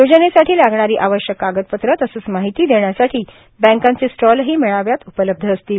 योजनेसाठी लागणारी आवश्यक कागदपत्रे तसेच माहिती देण्यासाठी बँकांचे स्टॉलही मेळाव्यात उपलब्ध असतील